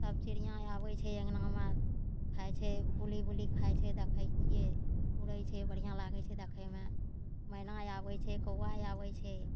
सब चिड़िआँ आबै छै अङ्गनामे खाइ छै बुलि बुलि खाइ छै देखै छिए उड़ै छै बढ़िआँ लागै छै देखैमे मैना आबै छै कौआ आबै छै